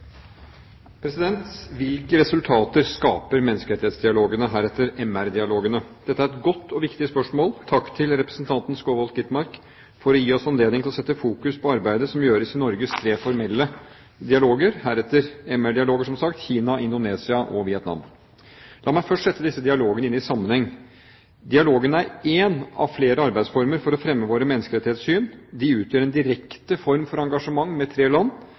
for å gi oss anledning til å sette i fokus arbeidet som gjøres i Norges tre formelle dialoger – heretter MR-dialoger, som sagt – med Kina, Indonesia og Vietnam. La meg først sette disse dialogene inn i sammenheng. Dialogene er én av flere arbeidsformer for å fremme våre menneskerettighetssyn – de utgjør en direkte form for engasjement med tre land.